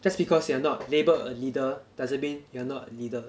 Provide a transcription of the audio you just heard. just because you are not labelled a leader doesn't mean you're not a leader